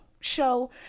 show